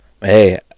hey